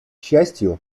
счастью